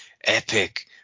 epic